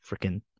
freaking